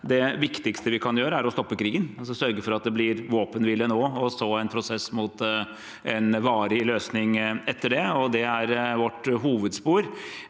det viktigste vi kan gjøre, er å stoppe krigen – å sørge for at det blir våpenhvile nå og så en prosess mot en varig løsning etter det. Det er vårt hovedspor,